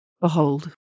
Behold